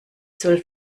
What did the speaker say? soll